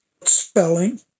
spelling